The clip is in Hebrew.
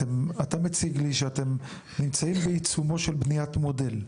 אתה מציב לי שאתם נמצאים בעיצומו של בניית מודל.